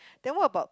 then what about